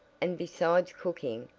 and besides cooking,